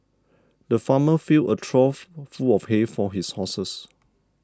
the farmer filled a trough full of hay for his horses